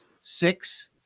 six